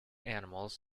animals